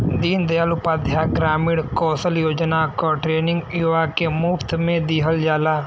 दीन दयाल उपाध्याय ग्रामीण कौशल योजना क ट्रेनिंग युवा के मुफ्त में दिहल जाला